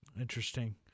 Interesting